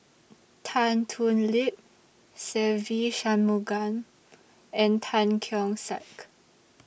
Tan Thoon Lip Se Ve Shanmugam and Tan Keong Saik